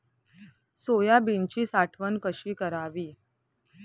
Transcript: सोयाबीनची साठवण कशी करावी?